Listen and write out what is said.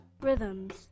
Rhythms